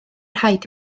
rhaid